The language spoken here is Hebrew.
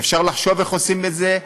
אפשר לחשוב איך עושים את זה,